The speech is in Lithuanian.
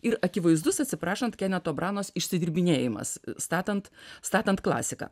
ir akivaizdus atsiprašant keneto branos išsidirbinėjimas statant statant klasiką